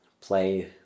play